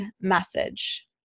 message